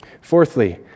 Fourthly